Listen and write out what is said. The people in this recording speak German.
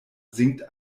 singt